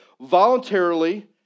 voluntarily